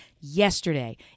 yesterday